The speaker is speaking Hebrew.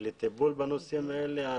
לטיפול בנושאים האלה.